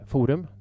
Forum